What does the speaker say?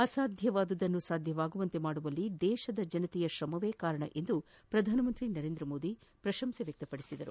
ಅಸಾಧ್ಯವಾದುದನ್ನು ಸಾಧ್ಯವಾಗುವಂತೆ ಮಾಡುವಲ್ಲಿ ದೇಶದ ಜನರ ಶ್ರಮವೇ ಕಾರಣ ಎಂದು ನರೇಂದ್ರ ಮೋದಿ ಪ್ರಶಂಸೆ ವ್ಯಕ್ತಪಡಿಸಿದರು